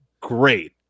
great